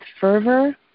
fervor